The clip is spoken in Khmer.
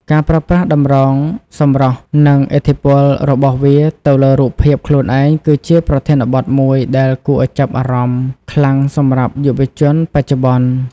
ការប្រើប្រាស់តម្រងសម្រស់និងឥទ្ធិពលរបស់វាទៅលើរូបភាពខ្លួនឯងគឺជាប្រធានបទមួយដែលគួរឱ្យចាប់អារម្មណ៍ខ្លាំងសម្រាប់យុវជនបច្ចុប្បន្ន។